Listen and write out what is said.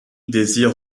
désire